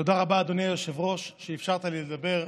תודה רבה, אדוני היושב-ראש, שאפשרת לי לדבר.